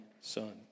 son